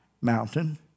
mountain